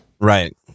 right